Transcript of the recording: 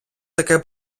таке